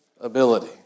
ability